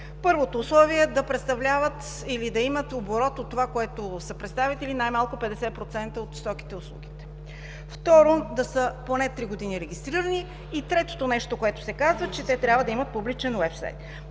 представляват или да имат оборот от това, на което са представители, най-малко 50% от стоките и услугите. Второ - да са поне три години регистрирани, и третото нещо, което се казва, че те трябва да имат публичен уебсайт,